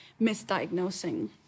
misdiagnosing